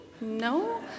No